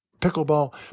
pickleball